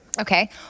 Okay